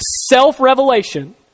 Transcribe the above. self-revelation